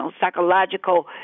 psychological